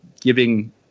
giving